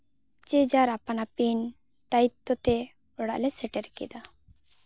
ᱡᱮ ᱡᱟᱨ ᱟᱯᱟᱱ ᱟᱹᱯᱤᱱ ᱫᱟᱭᱤᱛᱛᱚ ᱛᱮ ᱚᱲᱟᱜ ᱞᱮ ᱥᱮᱴᱮᱨ ᱠᱮᱫᱟ